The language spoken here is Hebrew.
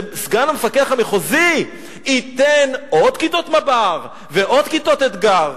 וסגן המפקח המחוזי ייתן עוד כיתות מב"ר ועוד כיתות אתג"ר.